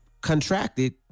contracted